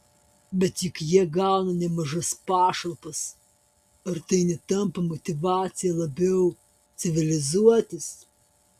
bet juk jie gauna nemažas pašalpas ar tai netampa motyvacija labiau civilizuotis